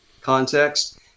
context